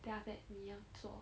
then after that 你要做